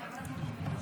עכשיו.